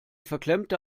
verklemmte